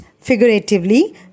figuratively